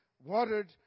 watered